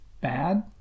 bad